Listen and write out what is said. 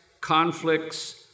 conflicts